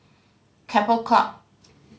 Keppel Club